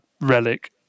relic